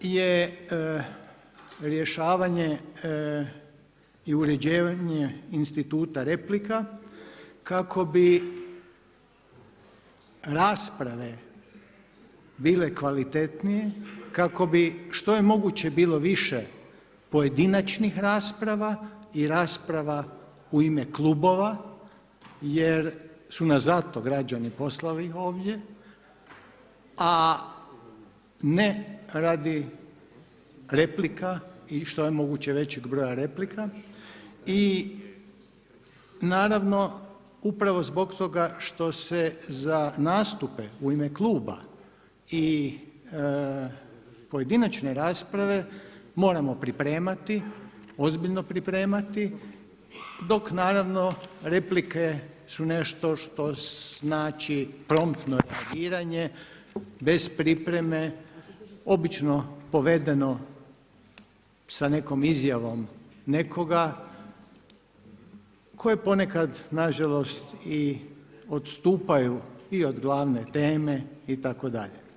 Drugo je rješavanje i uređivanje instituta replika kako bi rasprave bile kvalitetnije, kako bi što je moguće bilo više pojedinačnih rasprava i rasprava u ime klubova, jer su nas zato građani poslali ovdje, a ne radi replika i što je moguće većeg broja replika i naravno upravo zbog toga što se za nastupe u ime kluba i pojedinačne rasprave moramo pripremati, ozbiljno pripremati dok naravno replike su nešto što znači promptno reagiranje bez pripreme obično povedeno sa nekom izjavom nekoga tko je ponekad na žalost i odstupaju i od glavne teme itd.